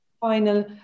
final